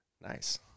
nice